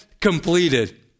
completed